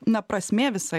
na prasmė visa